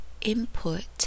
input